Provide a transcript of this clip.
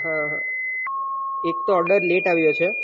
હા હં એક તો ઓડર લેટ આવ્યો છે